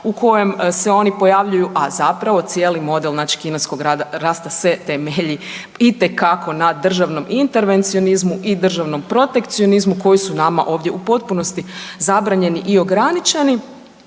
u kojem se oni pojavljuju, a zapravo cijeli model kineskog rasta se temelji itekako na državnom intervencionizmu i državnom protekcionizmu koji su nama ovdje u potpunosti zabranjeni i ograničeni,